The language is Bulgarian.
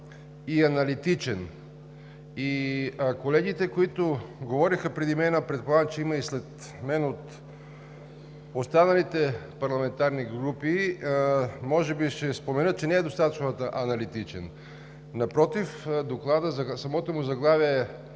е аналитичен, а колегите, които говориха преди мен, а предполагам, че ще има и след мен от останалите парламентарни групи, може би ще споменат, че не е достатъчно аналитичен. Напротив, самото му заглавие